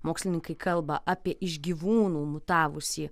mokslininkai kalba apie iš gyvūnų mutavusį